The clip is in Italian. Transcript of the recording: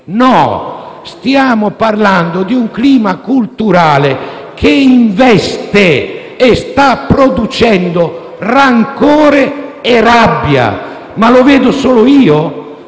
No, stiamo parlando di un clima culturale che investe e sta producendo rancore e rabbia. Ma lo vedo solo io?